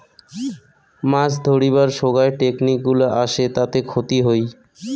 মাছ ধরিবার সোগায় টেকনিক গুলা আসে তাতে ক্ষতি হই